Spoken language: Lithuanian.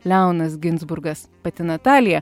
leonas ginzburgas pati natalija